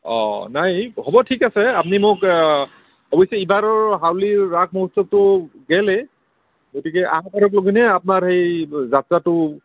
অঁ নাই এই হ'ব ঠিক আছে আপুনি মোক অৱশ্যে এইবাৰৰ হাউলীৰ ৰাস মহোৎসৱটো গ'লেই গতিকে অহাবাৰটোৰ কাৰণে আপোনাৰ এই যাত্ৰাটো